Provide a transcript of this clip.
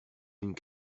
une